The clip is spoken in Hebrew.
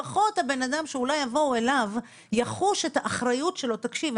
לפחות הבן אדם שאולי יבואו אליו יחוש את האחריות שלו: תקשיב,